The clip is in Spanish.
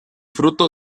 fruto